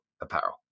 Apparel